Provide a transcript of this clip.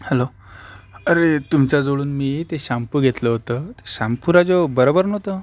hello अरे तुमच्याजवळून मी ते शाम्पू घेतलं होतं ते शाम्पू राजाओ बरोबर नव्हतं